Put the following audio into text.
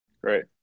great